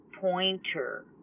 pointer